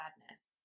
sadness